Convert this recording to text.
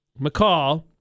McCall